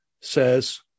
says